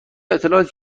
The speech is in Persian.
اطلاعاتی